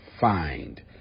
find